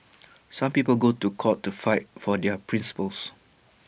some people go to court to fight for their principles